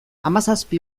hamazazpi